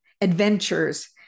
adventures